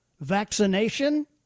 vaccination